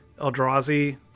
Eldrazi